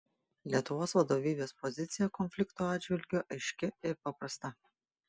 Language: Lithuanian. lietuvos vadovybės pozicija konflikto atžvilgiu aiški ir paprasta